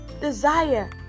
desire